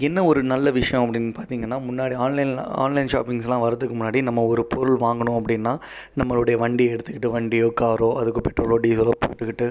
என்ன ஒரு நல்ல விஷயம் அப்படின்னு பார்த்தீங்கனா முன்னாடி ஆன்லைனில் ஆன்லைன் ஷாப்பிங்ஸ்லாம் வர்றதுக்கு முன்னாடி நம்ம ஒரு பொருள் வாங்கணும் அப்படினால் நம்மளுடைய வண்டி எடுத்துக்கிட்டு வண்டியோ காரோ அதுக்கு பெட்ரோலோ டீசலோ போட்டுக்கிட்டு